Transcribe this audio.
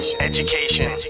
education